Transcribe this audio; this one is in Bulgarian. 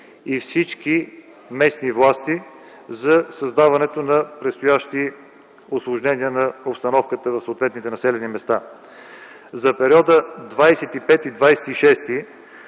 и всички местни власти за създаването на предстоящи усложнения на обстановката в съответните населени места. За периода 25-и